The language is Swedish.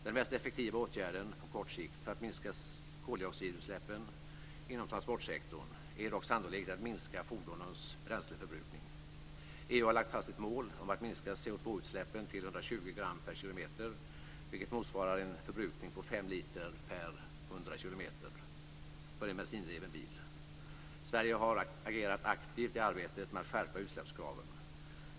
Den mest effektiva åtgärden på kort sikt för att minska koldioxidutsläppen inom transportsektorn är dock sannolikt att minska fordonens bränsleförbrukning. EU har lagt fast ett mål om att minska CO2 utsläppen till 120 gram per kilometer, vilket motsvarar en förbrukning på 5 liter per 100 kilometer för en bensindriven bil. Sverige har agerat aktivt i arbetet med att skärpa utsläppskraven.